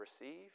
received